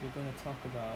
we're going to talk about